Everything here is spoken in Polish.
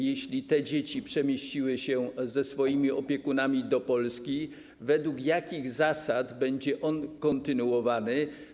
Jeśli te dzieci przemieściły się ze swoimi opiekunami do Polski, to według jakich zasad będzie on kontynuowany?